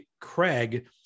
Craig